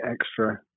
extra